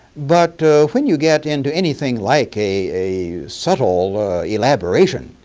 but when you get into anything like a subtle elaboration,